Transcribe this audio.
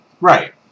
Right